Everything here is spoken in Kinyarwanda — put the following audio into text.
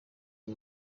uyu